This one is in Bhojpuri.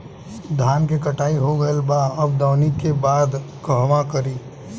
धान के कटाई हो गइल बा अब दवनि के बाद कहवा रखी?